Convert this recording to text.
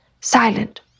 silent